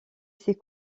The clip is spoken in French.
sais